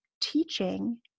teaching